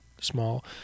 small